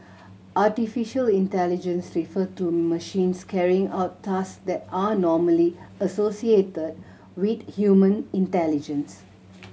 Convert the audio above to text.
artificial intelligence refer to machines carrying out task that are normally associated with human intelligence